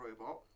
robot